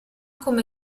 come